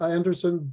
Anderson